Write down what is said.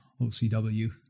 OCW